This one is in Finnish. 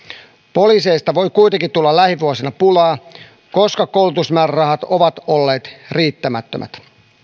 poliiseista voi kuitenkin tulla lähivuosina pulaa koska koulutusmäärärahat ovat olleet riittämättömät